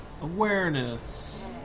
Awareness